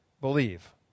believe